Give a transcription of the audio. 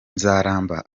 nzaramba